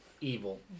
evil